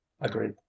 agreed